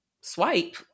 Swipe